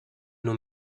non